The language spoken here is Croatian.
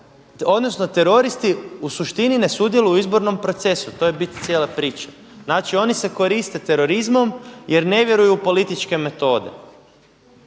odnosno teroristi u suštini ne sudjeluju u izbornom procesu, to je bit cijele priče. Znači, oni se koriste terorizmom jer ne vjeruju u političke metode.